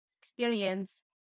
experience